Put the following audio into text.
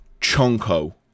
chonko